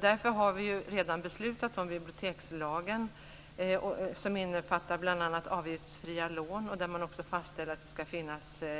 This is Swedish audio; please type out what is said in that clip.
Därför har vi redan beslutat om bibliotekslagen, som innefattar bl.a. avgiftsfria lån och